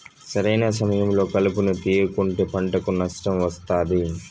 సరైన సమయంలో కలుపును తేయకుంటే పంటకు నష్టం వస్తాది